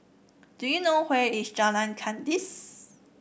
do you know where is Jalan Kandis